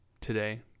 Today